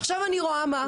עכשיו אני רואה מה?